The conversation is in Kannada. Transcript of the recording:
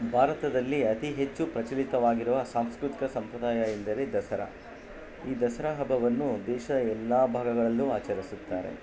ಭಾರತದಲ್ಲಿ ಅತೀ ಹೆಚ್ಚು ಪ್ರಚಲಿತವಾಗಿರುವ ಸಾಂಸ್ಕೃತಿಕ ಸಂಪ್ರದಾಯ ಎಂದರೆ ದಸರಾ ಈ ದಸರಾ ಹಬ್ಬವನ್ನು ದೇಶದ ಎಲ್ಲಾ ಭಾಗಗಳಲ್ಲೂ ಆಚರಿಸುತ್ತಾರೆ